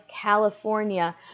California